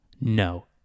No